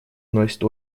носит